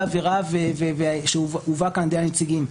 העבירה שהובאו כאן על ידי הנציגים,